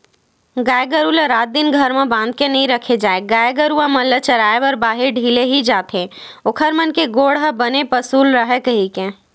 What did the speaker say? गाय गरु ल रात दिन घर म बांध के नइ रखे जाय गाय गरुवा मन ल चराए बर बाहिर ढिले ही जाथे ओखर मन के गोड़ ह बने पसुल राहय कहिके